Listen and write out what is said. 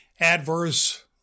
adverse